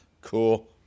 Cool